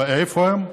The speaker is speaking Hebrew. איפה הם?